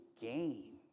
gain